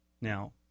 Now